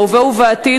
בהווה ובעתיד,